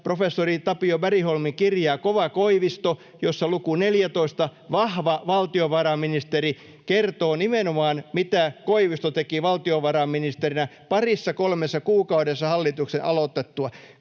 professori Tapio Bergholmin kirjaa Kova Koivisto, jossa luvussa 14, Vahva valtiovarainministeri, kerrotaan nimenomaan, mitä Koivisto teki valtiovarainministerinä parissa kolmessa kuukaudessa hallituksen aloitettua.